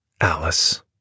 Alice